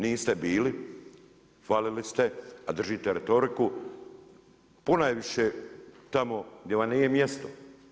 Niste bili, hvalili ste, a držite retoriku, ponajviše tamo gdje vam nije mjesto.